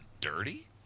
dirty